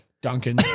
Duncan